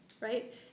right